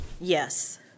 Yes